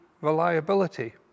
reliability